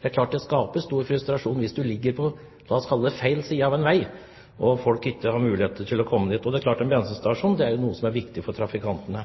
det er klart at det skaper stor frustrasjon hvis man ligger på «feil» side av en vei og folk ikke har mulighet til å komme dit. Det er klart at en bensinstasjon er viktig for trafikantene.